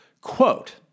Quote